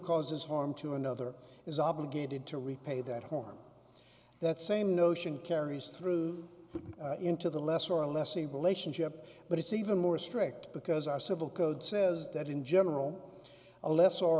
causes harm to another is obligated to repay that harm that same notion carries through into the less or less able a ship but it's even more strict because our civil code says that in general a less or